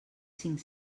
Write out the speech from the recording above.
cinc